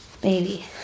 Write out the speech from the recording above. baby